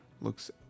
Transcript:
looks